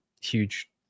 huge